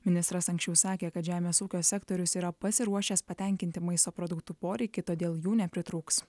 ministras anksčiau sakė kad žemės ūkio sektorius yra pasiruošęs patenkinti maisto produktų poreikį todėl jų nepritrūks